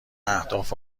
اهداف